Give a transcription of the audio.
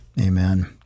Amen